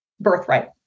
birthright